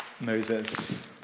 Moses